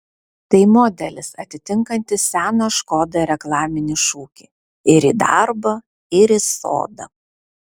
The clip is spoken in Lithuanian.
tai modelis atitinkantis seną škoda reklaminį šūkį ir į darbą ir į sodą